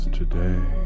today